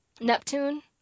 Neptune